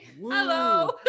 Hello